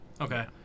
Okay